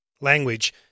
Language